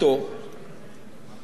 שכבודו בעצם,